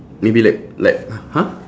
maybe like like h~ !huh!